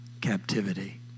captivity